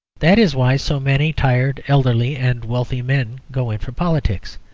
that is why so many tired, elderly, and wealthy men go in for politics.